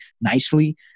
nicely